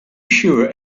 sure